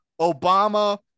Obama